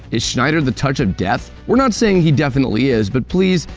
is schneider the touch of death? we're not saying he definitely is, but please,